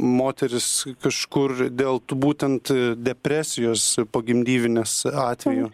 moteris kažkur dėl tų būtent depresijos pogimdyvinės atveju